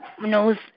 knows